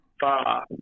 Far